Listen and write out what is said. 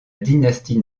dynastie